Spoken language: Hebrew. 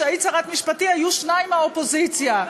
כשהיית שרת משפטים היו שניים מהאופוזיציה.